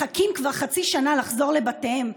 מחכים כבר חצי שנה לחזור לבתיהם,